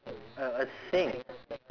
a a thing